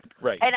Right